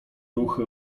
ruchy